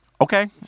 Okay